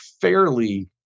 fairly